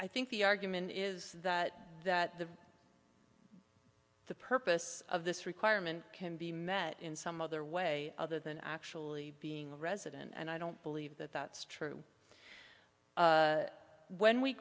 i think the argument is that that the the purpose of this requirement can be met in some other way other than actually being a resident and i don't believe that that's true when we